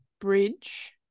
bridge